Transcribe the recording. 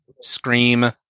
Scream